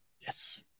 yes